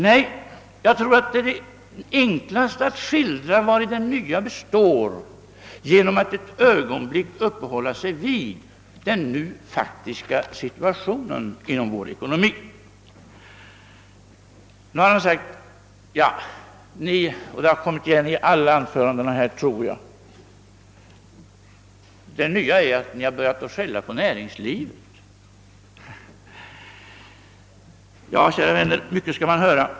Nej, enklast skildrar man vari det nya består genom att ett ögonblick uppehålla sig vid den faktiska situationen inom vår ekonomi. Från oppositionens sida har sagts — det har kommit tillbaka i nästan alla anföranden här — att det nya ligger i att vi har börjat skälla på näringslivet. Kära vänner! Mycket skall man höra.